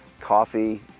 coffee